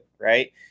right